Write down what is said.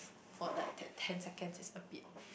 for like ten ten seconds is a bit